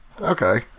Okay